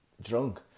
drunk